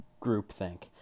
groupthink